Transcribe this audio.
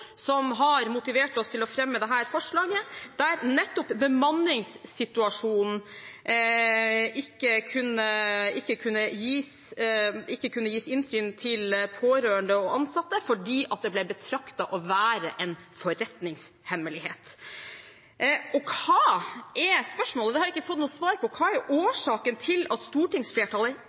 som har motivert oss til å fremme dette forslaget. Der kunne det ikke gis innsyn til pårørende og ansatte nettopp om bemanningssituasjonen fordi det ble betraktet å være en forretningshemmelighet. Hva er årsaken til at stortingsflertallet ikke vil gi skattebetalerne innsyn i hva